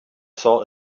saw